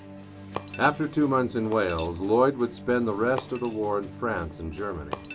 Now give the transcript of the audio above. after two months in wales lloyd would spend the rest of the war in france and germany.